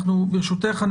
ברשותך,